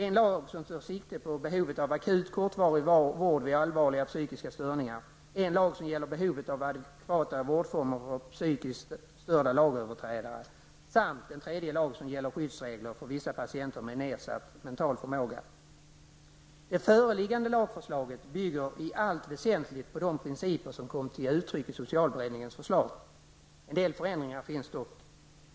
En lag som tar sikte på behovet av akut, kortvarig vård vid allvarliga psykiska störningar, en lag som gäller behovet av adekvata vårdformer för psykiskt störda lagöverträdare samt en tredje lag som gäller skyddsregler för vissa patienter med nedsatt mental förmåga. Det föreliggande lagförslaget bygger i allt väsentligt på de principer som kom till uttryck i socialberedningens förslag. En del förändringar finns dock.